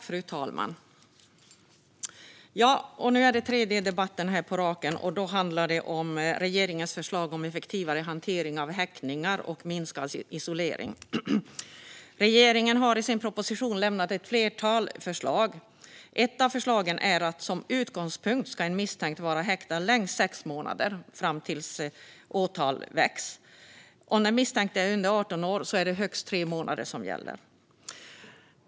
Fru talman! Det här är den tredje debatten på raken för justitieutskottet, och nu handlar det om regeringens förslag om effektivare hantering av häktningar och minskad isolering. Regeringen har i sin proposition lämnat ett flertal förslag. Ett av förslagen är att en misstänkt som utgångspunkt ska vara häktad i längst sex månader fram tills åtal väcks. Om den misstänkte är under 18 år är det högst tre månader som gäller.